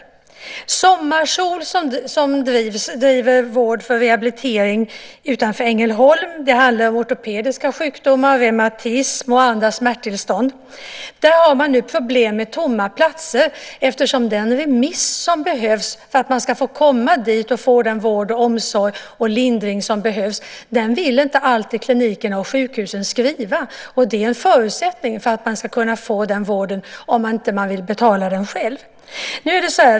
På Sommarsol, som driver vård för rehabilitering utanför Ängelholm - det handlar om ortopediska sjukdomar, reumatism och andra smärttillstånd - har man nu problem med tomma platser. Den remiss som behövs för att få komma dit och få den vård, omsorg och lindring som behövs vill nämligen inte alltid klinikerna och sjukhusen skriva, och det är en förutsättning för att man ska kunna få den vården om man inte vill betala den själv.